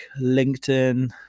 LinkedIn